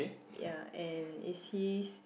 ya and is he